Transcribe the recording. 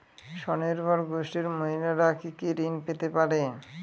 স্বনির্ভর গোষ্ঠীর মহিলারা কি কি ঋণ পেতে পারে?